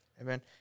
Amen